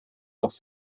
doch